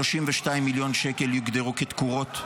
32 מיליון שקל יוגדרו כתקורות.